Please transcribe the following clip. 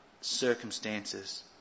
circumstances